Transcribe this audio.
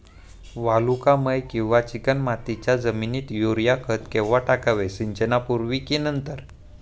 वालुकामय किंवा चिकणमातीच्या जमिनीत युरिया खत केव्हा टाकावे, सिंचनापूर्वी की नंतर?